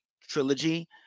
trilogy